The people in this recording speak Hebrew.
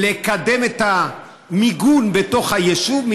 לקדם את המיגון בתוך היישוב,